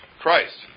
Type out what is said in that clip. Christ